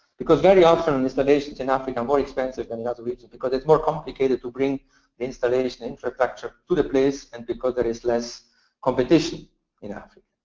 because very often and installations in africa more expensive than other regions, because it's more complicated to bring the installation infrastructure to the place, and because there is less competition in africa.